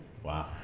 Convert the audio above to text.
Wow